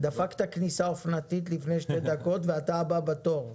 דפקת כניסה אופנתית לפני שתי דקות, ואתה הבא בתור.